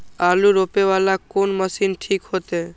आलू रोपे वाला कोन मशीन ठीक होते?